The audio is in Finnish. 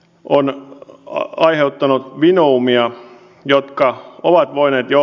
on aiheuttanut vinoumia jotka ovat voineet jo